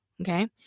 Okay